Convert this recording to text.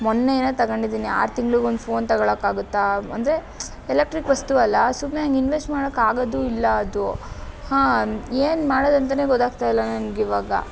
ಮೊನ್ನೆ ಇನ್ನೂ ತಗೊಂಡಿದ್ದೀನಿ ಆರು ತಿಂಗ್ಳಿಗೊಂದು ಫೋನ್ ತಗೊಳಕ್ಕಾಗತ್ತಾ ಅಂದರೆ ಎಲೆಕ್ಟ್ರಿಕ್ ವಸ್ತು ಅಲ್ಲ ಸುಮ್ಮನೆ ಇನ್ವೆಸ್ಟ್ ಮಾಡಕ್ಕಾಗೋದೂ ಇಲ್ಲ ಅದು ಹಾಂ ಏನು ಮಾಡೋದಂತಾನೆ ಗೊತ್ತಾಗ್ತಾ ಇಲ್ಲ ನನಗಿವಾಗ